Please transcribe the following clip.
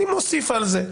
אני מוסיף על זה.